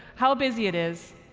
how busy it is,